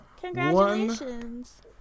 Congratulations